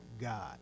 God